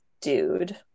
dude